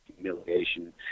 humiliation